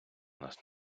нас